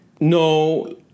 no